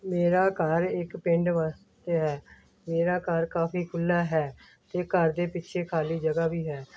ਮੇਰਾ ਘਰ ਇੱਕ ਪਿੰਡ ਵਸ ਰਿਹਾ ਮੇਰਾ ਘਰ ਕਾਫੀ ਖੁੱਲ੍ਹਾ ਹੈ ਅਤੇ ਘਰ ਦੇ ਪਿੱਛੇ ਖਾਲ੍ਹੀ ਜਗ੍ਹਾ ਵੀ ਹੈ